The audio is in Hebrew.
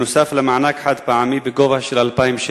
בנוסף למענק חד-פעמי בגובה של 2,000 שקל.